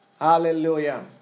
Hallelujah